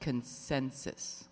consensus